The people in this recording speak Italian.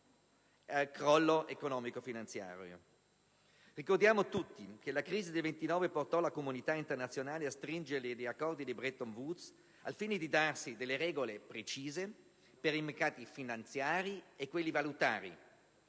crollo economico e finanziario. Ricordiamo tutti che la crisi del '29 portò la comunità internazionale a stringere gli accordi di Bretton Woods al fine di darsi delle regole precise per i mercati finanziari e valutari